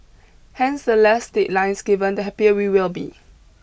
hence the less deadlines given the happier we will be